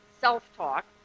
self-talk